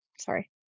sorry